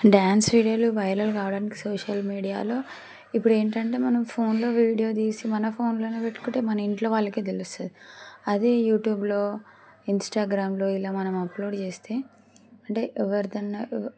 dance వీడియోలు viral కావడానికి social మీడియాలో ఇప్పుడు ఏంటంటే మనం ఫోన్లో వీడియో తీసి మన ఫోన్లోనే పెట్టుకుంటే మన ఇంట్లో వాళ్ళకే తెలుస్తుంది అదే యూట్యూబ్లో ఇంస్టాగ్రామ్లో ఇలా మనం అప్లోడ్ చేస్తే అంటే ఎవరిదైనా